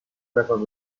record